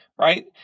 Right